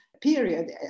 period